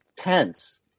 tense